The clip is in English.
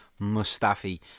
Mustafi